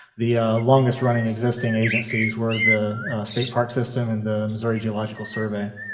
the longest running existing agencies were the state park system and the missouri geological survey.